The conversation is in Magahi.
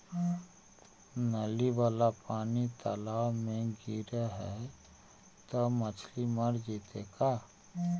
नली वाला पानी तालाव मे गिरे है त मछली मर जितै का?